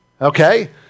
Okay